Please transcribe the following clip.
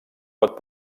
pot